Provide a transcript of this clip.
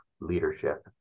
leadership